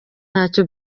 ntacyo